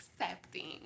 accepting